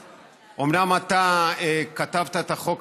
אומנם אתה כתבת את החוק,